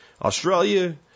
Australia